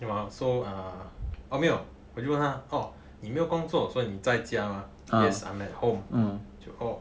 对 mah so err orh 没有我就问他 orh 你没有工作所以你在家 lah yes I'm at home 就 oh